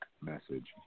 message